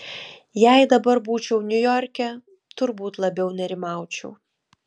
jei dabar būčiau niujorke turbūt labiau nerimaučiau